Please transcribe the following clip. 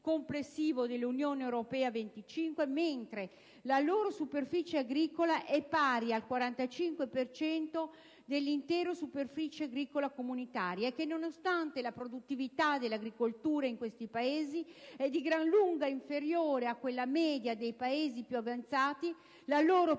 della UE a 25, mentre la loro superficie agricola è pari al 45 per cento dell'intera superficie agricola comunitaria e che, nonostante la produttività dell'agricoltura in questi Paesi è di gran lunga inferiore a quella media dei Paesi più avanzati, la loro produzione